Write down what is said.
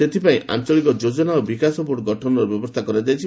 ସେଥିପାଇଁ ଆଞ୍ଚଳିକ ଯୋଜନା ଓ ବିକାଶ ବୋର୍ଡ ଗଠନର ବ୍ୟବସ୍ଥା କରାଯାଇଛି